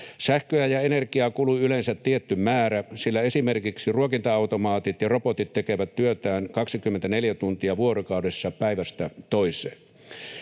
Sähköä ja energiaa kuluu yleensä tietty määrä, sillä esimerkiksi ruokinta-automaatit ja robotit tekevät työtään 24 tuntia vuorokaudessa päivästä toiseen.